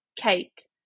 cake